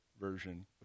version